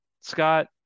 Scott